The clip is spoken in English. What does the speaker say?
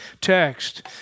text